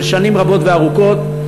של שנים רבות וארוכות,